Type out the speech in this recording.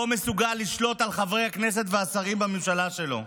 לא מסוגל לשלוט על חברי הכנסת והשרים בממשלה שלו.